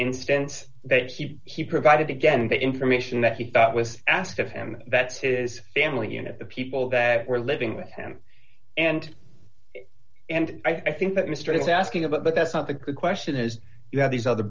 instance that he he provided again the information that he thought was asked of him that's his family unit the people that were living with him and and i think that mr is asking about but that's not the question is you have these other